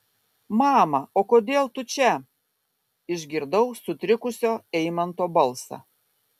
mama o kodėl tu čia išgirdau sutrikusio eimanto balsą